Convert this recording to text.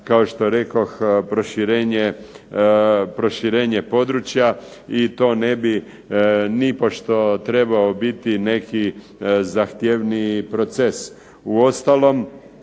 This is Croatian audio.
kao što rekoh proširenje područja i to ne bi nipošto trebao biti neki zahtjevniji proces. Uostalom